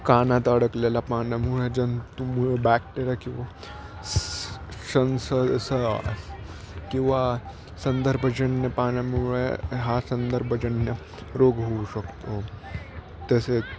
कानात अडकलेला पाण्यामुळे जंतु बॅक्टेरिया किंवा स संस किंवा संदर्भजन्य पाण्यामुळे हा संदर्भजन्य रोग होऊ शकतो तसे